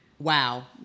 Wow